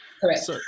correct